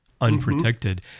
unprotected